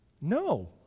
No